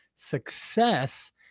success